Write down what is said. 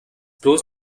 bloß